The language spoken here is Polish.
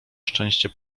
szczęście